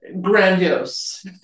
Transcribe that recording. grandiose